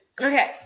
Okay